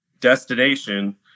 destination